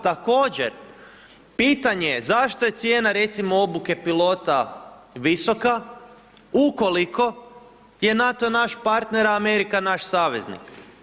Također, pitanje je zašto je cijena recimo obuke pilota visoka ukoliko je NATO naš partner a Amerika naš saveznik?